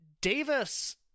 Davis